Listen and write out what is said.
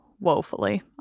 woefully